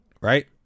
Right